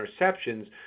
interceptions